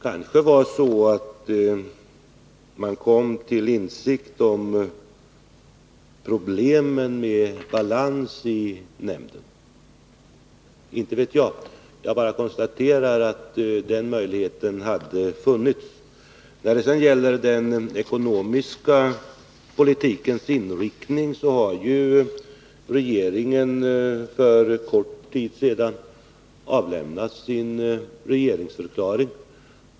Kanske var det så att man kom till insikt om problemen med balansen i nämnden -— inte vet jag. Jag bara konstaterar att möjligheten hade funnits. När det sedan gäller den ekonomiska politikens inriktning, så har ju regeringen för kort tid sedan avgivit sin regeringsförklaring.